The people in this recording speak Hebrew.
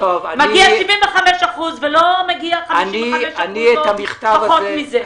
מגיע 75% ולא 55% או פחות מזה.